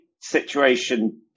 situation